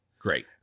Great